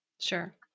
Sure